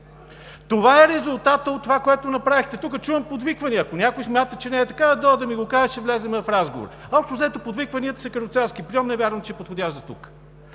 Това е резултатът от онова, което направихте! Тук чувам подвиквания – ако някой смята, че не е така, да дойде да ми го каже – ще влезем в разговор. Общо взето, подвикванията са каруцарски прийом – не вярвам, че е подходящ за тук.